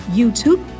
YouTube